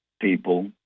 people